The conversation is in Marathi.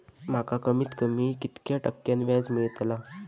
माका कमीत कमी कितक्या टक्क्यान व्याज मेलतला?